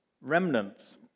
remnants